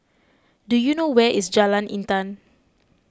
do you know where is Jalan Intan